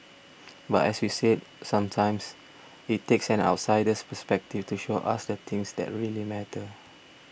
but as we said sometimes it takes an outsider's perspective to show us the things that really matter